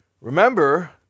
remember